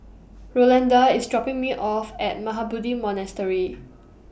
Rolanda IS dropping Me off At Mahabodhi Monastery